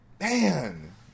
Man